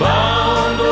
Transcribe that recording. Bound